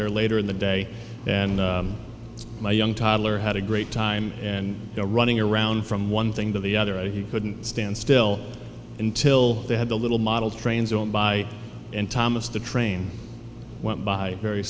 there later in the day and my young toddler had a great time and running around from one thing to the other and he couldn't stand still until they had a little model trains on by and thomas the train went by very